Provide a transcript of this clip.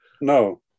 No